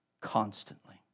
constantly